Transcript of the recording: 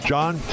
John